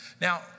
Now